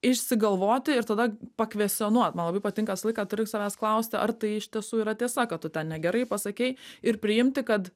išsigalvoti ir tada pakvestinuot man labai patinka visą laiką turi savęs klausti ar tai iš tiesų yra tiesa kad tu ten ne gerai pasakei ir priimti kad